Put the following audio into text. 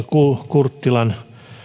kurttilan